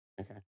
Okay